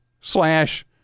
slash